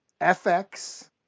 FX